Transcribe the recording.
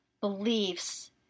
beliefs